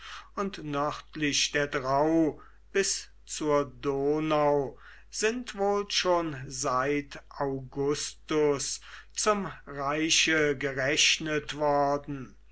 und nördlich der drau bis zur donau sind wohl schon seit augustus zum reiche gerechnet worden